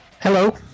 Hello